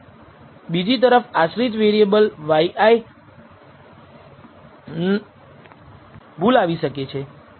બીજી તરફ આશ્રિત વેરિએબલ y i ભૂલ આવી શકે છે